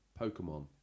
Pokemon